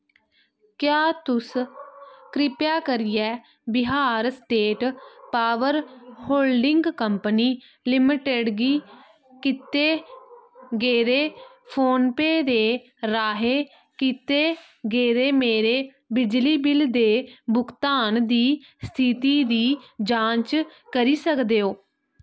क्या तुस किरपेआ करियै Bihar state power holding company limited गी कीते गेदे फोन पे दे राहें कीते गेदे मेरे बिजली बिल दे भुगतान दी स्थिति दी जांच करी सकदे ओ